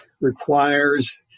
requires